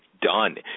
done